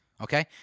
okay